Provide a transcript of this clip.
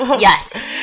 Yes